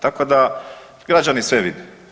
Tako da građani sve vide.